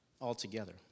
altogether